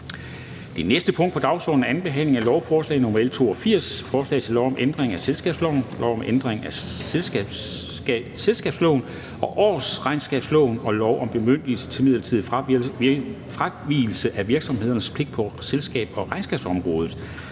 Det næste punkt på dagsordenen er: 38) 2. behandling af lovforslag nr. L 82: Forslag til lov om ændring af selskabsloven, lov om ændring af selskabsloven og årsregnskabsloven og lov om bemyndigelse til midlertidig fravigelse af virksomheders pligter på selskabs- og regnskabsområdet